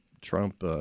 Trump